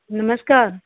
नमस्कार